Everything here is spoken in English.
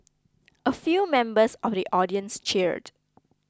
a few members of the audience cheered